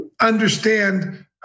understand